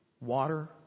water